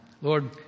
Lord